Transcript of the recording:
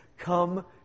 Come